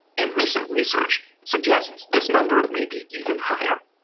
and recent research suggests this number may be even higher.